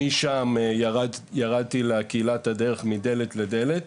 משם, ירדתי לקהילת הדרך מדלת לדלת.